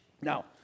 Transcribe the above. Now